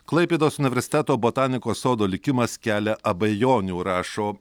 klaipėdos universiteto botanikos sodo likimas kelia abejonių rašo